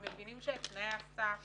מבינים שתנאי הסף